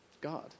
God